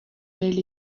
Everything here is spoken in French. bel